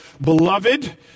beloved